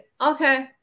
Okay